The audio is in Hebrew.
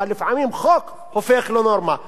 אבל לפעמים חוק הופך לנורמה.